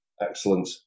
excellent